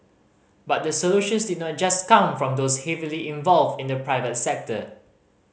but the solutions did not just come from those heavily involved in the private sector